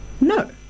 No